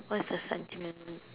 what is the sentimental